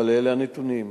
אבל אלה הנתונים.